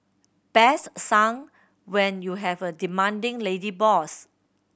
best sung when you have a demanding lady boss